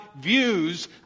views